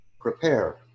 Prepare